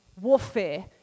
warfare